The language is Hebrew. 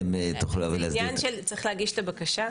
תוכלו להביא --- צריך להגיש את הבקשה.